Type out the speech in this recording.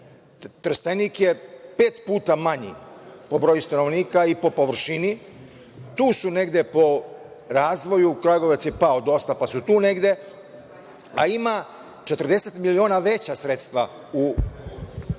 Trstenik je pet puta manji po broju stanovnika i po površini, tu su negde po razvoju, Kragujevac je pao dosta, pa su tu negde, a ima 40 miliona veća sredstva u ovom